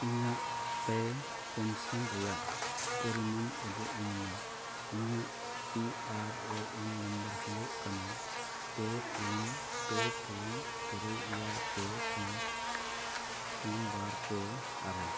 ᱤᱧᱟᱹᱜ A P Y pension ᱨᱮᱱᱟᱜ ᱯᱚᱨᱤᱢᱟᱱ ᱩᱫᱩᱜ ᱟᱹᱧᱢᱮ ᱤᱧᱟᱹᱜ P R A N number ᱦᱩᱭᱩᱜ ᱠᱟᱱᱟ ᱯᱮ ᱯᱩᱱ ᱯᱮ ᱯᱩᱱ ᱛᱩᱨᱩᱭ ᱮᱭᱟᱭ ᱯᱮ ᱯᱩᱱ ᱯᱩᱱ ᱵᱟᱨ ᱯᱮ ᱟᱨᱮ